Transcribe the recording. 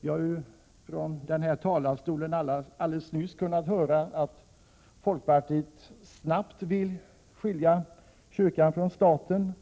Vi har ju från denna talarstol alldeles nyss kunnat höra att folkpartiet snabbt vill skilja kyrkan från staten.